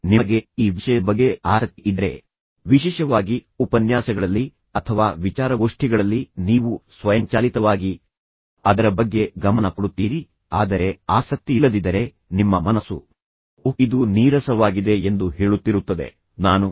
ನಿಮಗೆ ಈ ವಿಷಯದ ಬಗ್ಗೆ ಆಸಕ್ತಿ ಇದ್ದರೆ ವಿಶೇಷವಾಗಿ ತರಗತಿ ಕೊಠಡಿಗಳಲ್ಲಿ ಅಥವಾ ಉಪನ್ಯಾಸಗಳಲ್ಲಿ ಅಥವಾ ವಿಚಾರಗೋಷ್ಠಿಗಳಲ್ಲಿ ನೀವು ಸ್ವಯಂಚಾಲಿತವಾಗಿ ಅದರ ಬಗ್ಗೆ ಗಮನ ಕೊಡುತ್ತೀರಿ ಆದರೆ ನಿಮಗೆ ವಿಷಯದ ಬಗ್ಗೆ ಆಸಕ್ತಿಯಿಲ್ಲದಿದ್ದರೆ ನಿಮ್ಮ ಮನಸ್ಸು ಓಹ್ ಇದು ನೀರಸವಾಗಿದೆ ಎಂದು ಹೇಳುತ್ತಿರುತ್ತದೆ ಇದು ನನಗೆ ಆಸಕ್ತಿದಾಯಕವಲ್ಲ